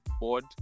bored